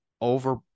over